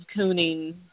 cooning